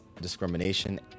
discrimination